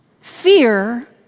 fear